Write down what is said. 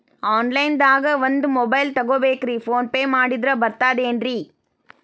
Online ದಾಗ ಒಂದ್ mobile ತಗೋಬೇಕ್ರಿ ಫೋನ್ ಪೇ ಮಾಡಿದ್ರ ಬರ್ತಾದೇನ್ರಿ?